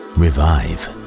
revive